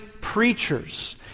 preachers